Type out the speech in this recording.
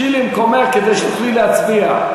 גשי למקומך כדי שתוכלי להצביע.